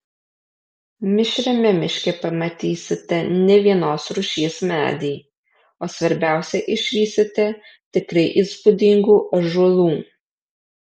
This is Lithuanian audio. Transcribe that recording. mišriame miške pamatysite ne vienos rūšies medį o svarbiausia išvysite tikrai įspūdingų ąžuolų